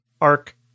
arc